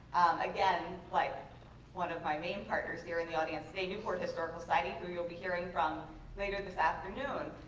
again like one of my main partners here in the audience today, newport historical society who you'll be hearing from later this afternoon,